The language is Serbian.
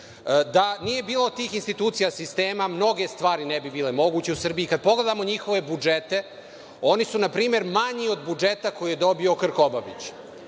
nije bilo tih institucija sistema, mnoge stvari ne bi bile moguće u Srbiji. Kad pogledamo njihove budžete, oni su npr. manji od budžeta koji je dobio Krkobabić.